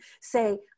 say